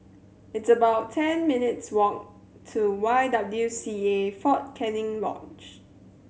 it's about ten minutes' walk to Y W C A Fort Canning Lodge